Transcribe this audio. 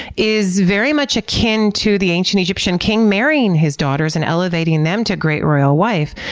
is very much akin to the ancient egyptian king, marrying his daughters and elevating them to great royal wife.